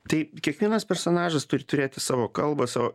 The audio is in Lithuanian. tai kiekvienas personažas turi turėti savo kalbą savo